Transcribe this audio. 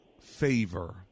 favor